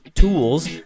tools